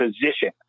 position